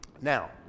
Now